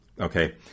okay